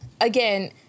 Again